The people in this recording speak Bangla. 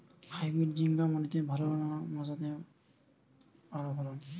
হাইব্রিড ঝিঙ্গা মাটিতে ভালো না মাচাতে ভালো ফলন?